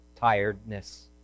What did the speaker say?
tiredness